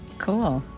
cool.